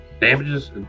damages